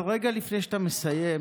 אבל רגע לפני שאתה מסיים,